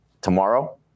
tomorrow